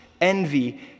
envy